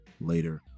later